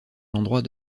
l’endroit